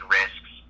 risks